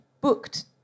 booked